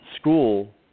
school